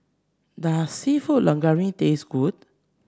does seafood Linguine taste good